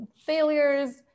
failures